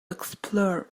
explore